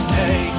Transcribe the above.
hey